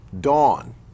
dawn